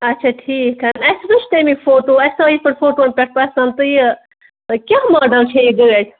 اَچھا ٹھیٖک حظ اَسہِ وُچھ تَمِکۍ فوٹوٗ اَسہِ آو یِتھٕ پٲٹھۍ فوٹوٗن پٮ۪ٹھ پَسنٛد تہٕ یہِ کیٛاہ ماڈَل چھےٚ یہِ گٲڑۍ